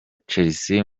chelsea